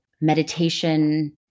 meditation